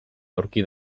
aurki